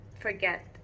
forget